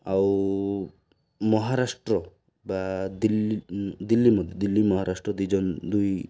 ଆଉ ମହାରାଷ୍ଟ୍ର ବା ଦିଲ୍ଲୀ ଦିଲ୍ଲୀ ମଧ୍ୟ ଦିଲ୍ଲୀ ମହାରାଷ୍ଟ୍ର ଦୁଇ ଜଣ ଦୁଇ